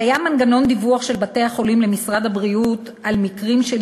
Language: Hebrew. קיים מנגנון דיווח של בתי-החולים למשרד הבריאות על מקרים של